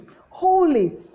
holy